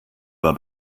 war